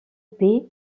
paix